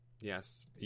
Yes